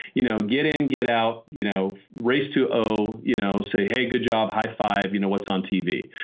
you know get in, get out, you know race to o. you know say hey good job, high five. you know what's on tv?